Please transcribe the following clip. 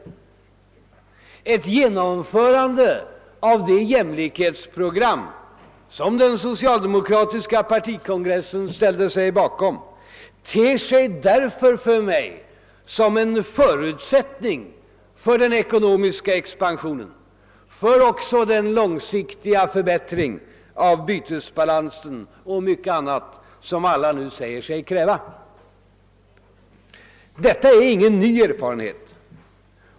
Ett genomförande av det jämlikhetsprogram som den socialdemokratiska partikongressen ställde sig bakom ter sig för mig som en förutsättning för den ekonomiska expansion, den långsiktiga förbättring av bytesbalansen och mycket annat som alla nu säger sig kräva. Detta är ingen ny erfarenhet.